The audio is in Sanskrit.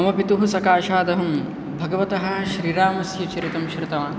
मम पितुः सकाशात् अहं भगवतः श्रीरामस्य चरितं श्रुतवान्